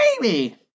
baby